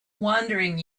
wandering